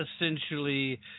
essentially